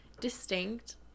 distinct